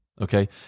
Okay